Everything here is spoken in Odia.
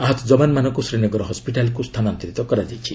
ଆହତ ଯବାନମାନଙ୍କୁ ଶ୍ରୀନଗର ହସ୍କିଟାଲ୍କୁ ସ୍ଥାନାନ୍ତରିତ କରାଯାଇଛି